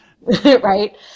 right